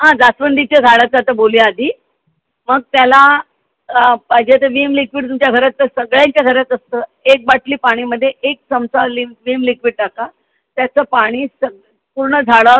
हां जास्वंदीच्या झाडाचं आता बोलूया आधी मग त्याला पाहिजे तर वीम लिक्विड तुमच्या घरातलं सगळ्यांच्या घरात असतं एक बाटली पाण्यामध्ये एक चमचा लीम वीम लिक्विड टाका त्याचं पाणी सग पूर्ण झाडावर